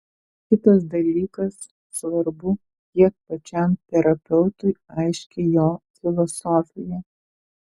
kitas dalykas svarbu kiek pačiam terapeutui aiški jo filosofija